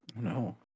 No